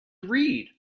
read